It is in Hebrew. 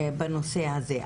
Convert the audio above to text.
בנושא הזה.